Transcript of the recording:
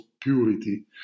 purity